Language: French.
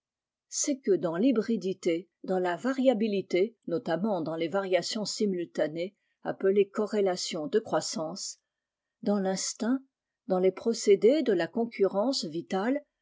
c'est que dans phybridité dans la variabilité notamment dans les variations simultanées appelées corrélation de croissance dans l'instinct dans les procédés de la concurrence vitale